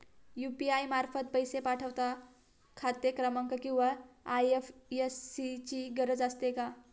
UPI मार्फत पैसे पाठवता खाते क्रमांक किंवा आय.एफ.एस.सी ची गरज असते का?